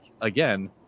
again